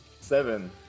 Seven